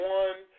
one